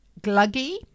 gluggy